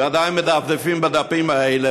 ועדיין מדפדפים בדפים האלה,